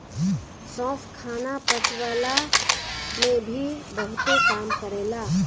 सौंफ खाना पचवला में भी बहुते काम करेला